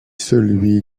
celui